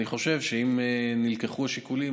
אני חושב שאם נלקחו השיקולים,